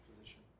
position